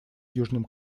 южном